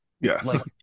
Yes